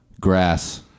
grass